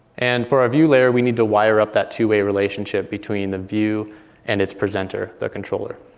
and for our view layer, we need to wire up that two-way relationship between the view and its presenter, the controller.